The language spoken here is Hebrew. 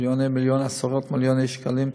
עשרות מיליוני שקלים,